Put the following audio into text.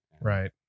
right